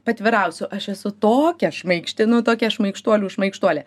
paatvirausiu aš esu tokia šmaikšti nu tokia šmaikštuolių šmaikštuolė